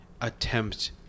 attempt